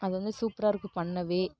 அது வந்து சூப்பரா இருக்கும் பண்ணவே